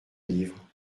livre